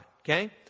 okay